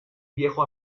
viejo